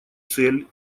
цель